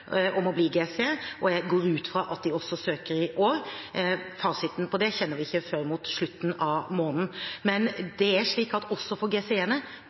om å bli GCE, og jeg går ut fra at de også søker i år. Fasiten på det kjenner vi ikke før mot slutten av måneden. Men det er slik at også for